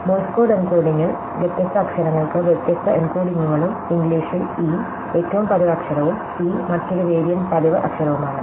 Morse code എൻകോഡിംഗിൽ വ്യത്യസ്ത അക്ഷരങ്ങൾക്ക് വ്യത്യസ്ത എൻകോഡിംഗുകളും ഇംഗ്ലീഷിൽ ഇ ഏറ്റവും പതിവ് അക്ഷരവും ടി മറ്റൊരു വേരിയൻറ് പതിവ് അക്ഷരവുമാണ്